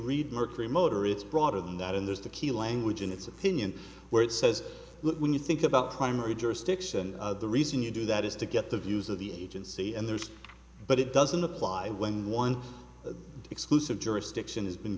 read mark remoter it's broader than that and there's the key language in its opinion where it says look when you think about primary jurisdiction the reason you do that is to get the views of the agency and there's but it doesn't apply when one exclusive jurisdiction has been